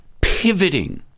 pivoting